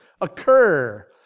occur